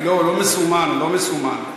לא, הוא לא מסומן, לא מסומן.